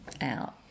out